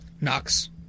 Knox